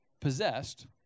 possessed